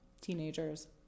Teenagers